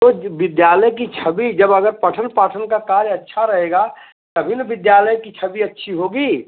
तो विद्यालय की छवि जब अगर पठन पाठन का कार्य अच्छा रहेगा तभी न विद्यालय की छवि अच्छी होगी